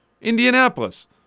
Indianapolis